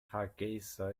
hargeysa